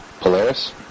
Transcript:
Polaris